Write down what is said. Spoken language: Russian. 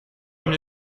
мне